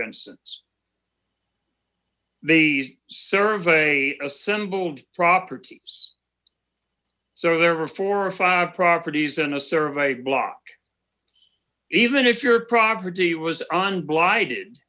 instance the survey assembled properties so there were four or five properties in a survey block even if your property was on bli